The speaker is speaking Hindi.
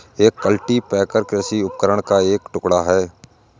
एक कल्टीपैकर कृषि उपकरण का एक टुकड़ा है